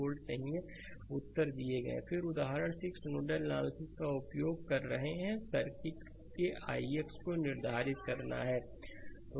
slide समय देखें 2208 फिर उदाहरण 6 नोडल एनालिसिस का उपयोग कर रहे हैं सर्किट के ix को निर्धारित करना है